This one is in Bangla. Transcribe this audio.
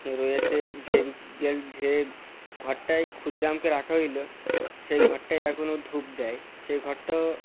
রয়েছেে যে যে ঘরটায় ক্ষুদিরামকে রাখা হইলো সেই ঘরটায় এখনো ধূপ দেয় সেই ঘরটা